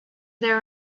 there